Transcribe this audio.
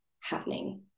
happening